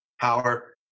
power